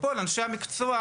בפועל אנשי המקצוע,